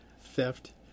theft